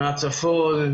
מהצפון,